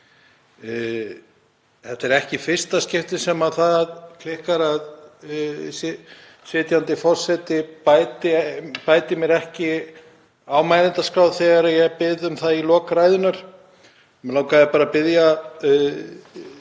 Þetta er ekki í fyrsta skipti sem það klikkar að sitjandi forseti bæti mér ekki á mælendaskrá þegar ég bið um það í lok ræðunnar. Mig langaði bara að biðja